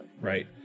Right